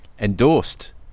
endorsed